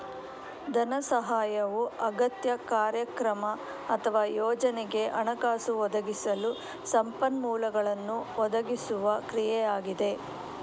ಧನ ಸಹಾಯವು ಅಗತ್ಯ, ಕಾರ್ಯಕ್ರಮ ಅಥವಾ ಯೋಜನೆಗೆ ಹಣಕಾಸು ಒದಗಿಸಲು ಸಂಪನ್ಮೂಲಗಳನ್ನು ಒದಗಿಸುವ ಕ್ರಿಯೆಯಾಗಿದೆ